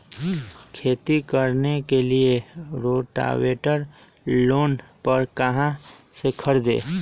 खेती करने के लिए रोटावेटर लोन पर कहाँ से खरीदे?